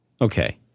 Okay